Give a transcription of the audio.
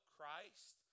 Christ